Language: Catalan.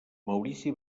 maurici